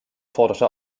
forderte